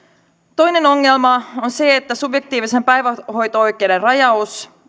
toinen ongelma on se että subjektiivisen päivähoito oikeuden rajaus